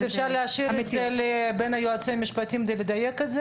אפשר להשאיר את זה ליועצים המשפטיים כדי לדייק את זה?